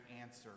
answer